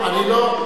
סער,